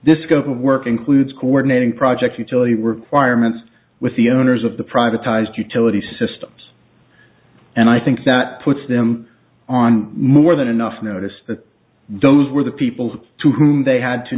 this going to work includes coordinating projects utility work fireman's with the owners of the privatized utility systems and i think that puts them on more than enough notice that those were the people to whom they had to